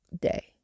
day